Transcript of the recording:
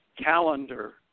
calendar